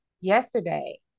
yesterday